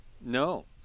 No